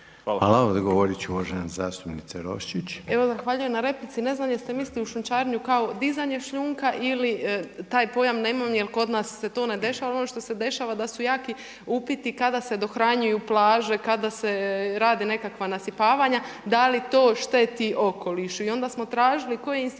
(HDZ)** Hvala. Odgovorit će uvažena zastupnica Roščić. **Vranješ, Dragica (HDZ)** Zahvaljujem na replici. Ne znam jeste mislili o šljunčarenju kao dizanje šljunka ili taj pojam nemam jel kod nas se to ne dešava, ali ono što se dešava da su jaki upiti kada se dohranjuju plaže, kada se rade nekakva nasipavanja, da li to šteti okolišu. I onda smo tražili koje institucije